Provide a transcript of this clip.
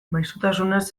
maisutasunez